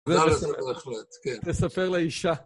בהחלט, כן. תספר לאישה.